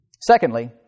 Secondly